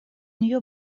нее